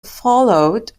followed